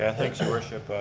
ah thanks your worship,